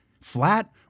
Flat